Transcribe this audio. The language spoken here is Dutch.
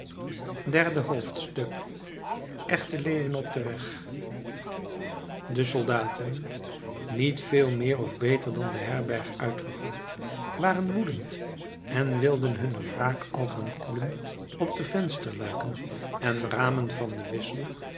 derde hoofdstuk echte leeuwen op den weg de soldaten niet veel meer of beter dan de herberg uitgegooid waren woedend en wilden hunne wraak al gaan koelen op de vensterluiken en ramen van de wissel